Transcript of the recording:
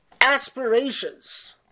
aspirations